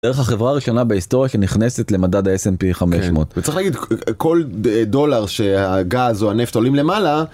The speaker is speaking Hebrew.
בערך החברה הראשונה בהיסטוריה שנכנסת למדד האס.אנד.פי 500. -וצריך להגיד, כל דולר שהגז או הנפט עולים למעלה.